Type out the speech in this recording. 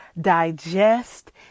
digest